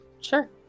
sure